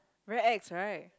very ex right